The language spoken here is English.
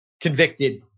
convicted